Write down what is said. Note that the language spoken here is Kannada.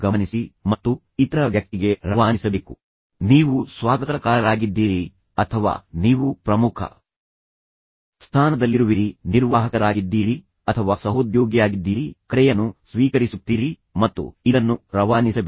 ಆದ್ದರಿಂದ ಇದು ಮತ್ತೊಮ್ಮೆ ಆಗಿರಬಹುದು ಏಕೆಂದರೆ ನೀವು ಸ್ವಾಗತಕಾರರಾಗಿದ್ದೀರಿ ಅಥವಾ ನೀವು ಪ್ರಮುಖ ಸ್ಥಾನದಲ್ಲಿರುವಿರಿ ನೀವು ನಿರ್ವಾಹಕರಾಗಿದ್ದೀರಿ ಅಥವಾ ನೀವು ಸಹೋದ್ಯೋಗಿಯಾಗಿದ್ದೀರಿ ಮತ್ತು ನಂತರ ನೀವು ಕರೆಯನ್ನು ಸ್ವೀಕರಿಸುತ್ತೀರಿ ಮತ್ತು ನೀವು ಇದನ್ನು ರವಾನಿಸಬೇಕು